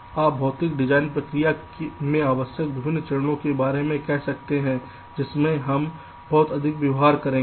आप भौतिक डिजाइन प्रक्रिया में आवश्यक विभिन्न चरणों के बारे में कह सकते हैं जिनसे हम बहुत अधिक व्यवहार करेंगे